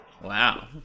Wow